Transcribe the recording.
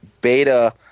Beta